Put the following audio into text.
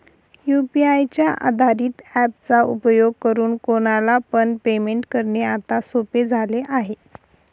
UPI च्या आधारित app चा उपयोग करून कोणाला पण पेमेंट करणे आता सोपे झाले आहे